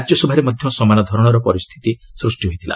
ରାକ୍ୟସଭାରେ ମଧ୍ୟ ସମାନ ଧରଣର ପରିସ୍ଥିତି ସୃଷ୍ଟି ହୋଇଥିଲା